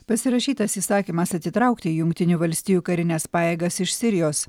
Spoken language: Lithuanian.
pasirašytas įsakymas atitraukti jungtinių valstijų karines pajėgas iš sirijos